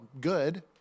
good